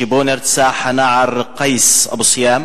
שבו נרצח הנער קייס אבו סיאם